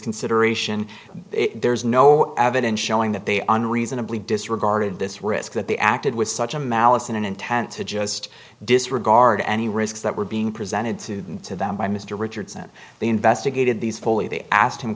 consideration there's no evidence showing that they are unreasonably disregarded this risk that they acted with such a malice and an intent to just disregard any risks that were being presented to to them by mr richards that they investigated these foley they asked him